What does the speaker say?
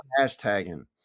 hashtagging